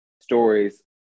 stories